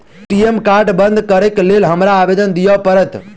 ATM card बंद करैक लेल हमरा आवेदन दिय पड़त?